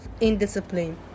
indiscipline